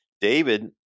David